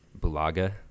Bulaga